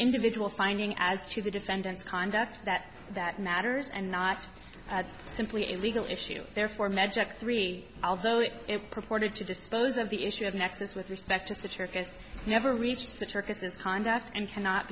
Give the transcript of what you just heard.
individual finding as to the defendant's conduct that that matters and not simply a legal issue therefore magic three although it purported to dispose of the issue of nexus with respect to the church has never reached the church has this conduct and cannot